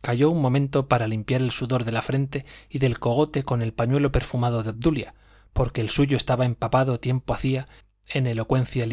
calló un momento para limpiar el sudor de la frente y del cogote con el pañuelo perfumado de obdulia porque el suyo estaba empapado tiempo hacía en elocuencia